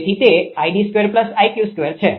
તેથી તે છે